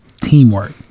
Teamwork